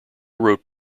wrote